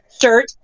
shirt